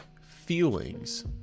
feelings